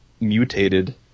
mutated